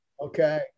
Okay